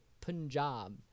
Punjab